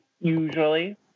Usually